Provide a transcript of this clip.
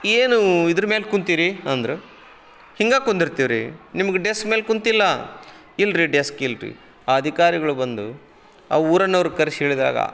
ಏನು ಇದ್ರ ಮ್ಯಾಲೆ ಕುಂತಿರಿ ಅಂದ್ರ ಹೀಗ ಕುಂದಿರ್ತಿವಿರಿ ನಿಮಗೆ ಡೆಸ್ಕ್ ಮೇಲೆ ಕುಂತಿಲ್ಲ ಇಲ್ಲರಿ ಡೆಸ್ಕ್ ಇಲ್ಲರಿ ಆ ಅಧಿಕಾರಿಗಳು ಬಂದು ಆ ಊರನ್ನವ್ರ ಕರೆಸಿ ಹೇಳಿದಾಗ